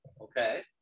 Okay